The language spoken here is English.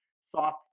soft